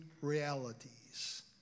realities